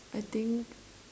I think